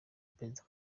perezida